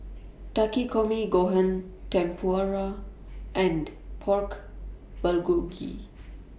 Takikomi Gohan Tempura and Pork Bulgogi